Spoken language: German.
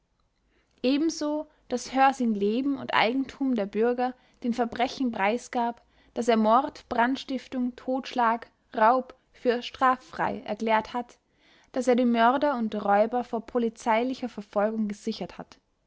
ebenso daß hörsing leben und eigentum der bürger den verbrechen preisgab daß er mord brandstiftung totschlag raub für straffrei erklärt hat daß er die mörder und räuber vor polizeilicher verfolgung gesichert hat